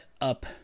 up